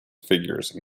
figures